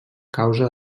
causa